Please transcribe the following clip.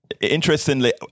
interestingly